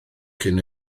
cyn